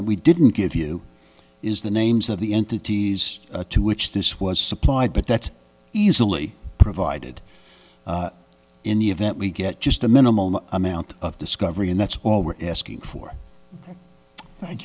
that we didn't give you is the names of the entities to which this was supplied but that's easily provided in the event we get just a minimal amount of discovery and that's all we're asking for thank